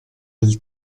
del